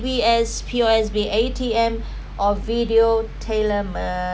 digi as P_O_S_B A_T_M or video taylor